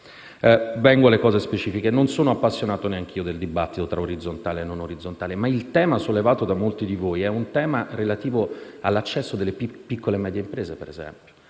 Vengo alle cose specifiche. Non sono appassionato neanche io al dibattito tra orizzontale e non, ma il tema sollevato da molti di voi è relativo all'accesso delle piccole e medie imprese. È del